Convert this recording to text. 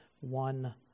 one